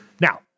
Now